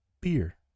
Beer